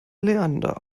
leander